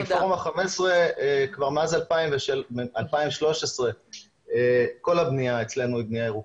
כי הפורום ה-15 כבר מאז 2013 כל הבנייה אצלנו היא בנייה ירוקה.